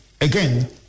again